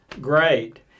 great